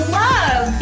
love